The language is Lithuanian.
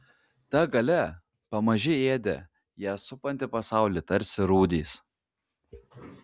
ta galia pamaži ėdė ją supantį pasaulį tarsi rūdys